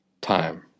time